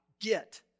get